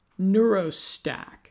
Neurostack